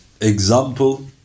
example